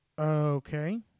Okay